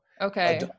Okay